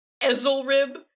Ezelrib